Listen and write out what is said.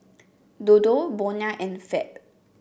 Dodo Bonia and Fab